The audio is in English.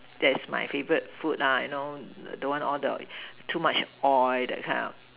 that is my favourite food ah you know don't want all the too much oil that kind of